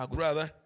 brother